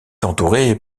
entouré